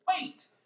wait